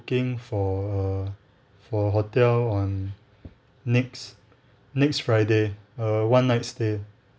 ~ing for uh for hotel on next next friday uh one night stay